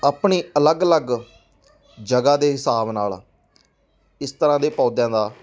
ਆਪਣੇ ਅਲੱਗ ਅਲੱਗ ਜਗ੍ਹਾ ਦੇ ਹਿਸਾਬ ਨਾਲ ਇਸ ਤਰ੍ਹਾਂ ਦੇ ਪੌਦਿਆਂ ਦਾ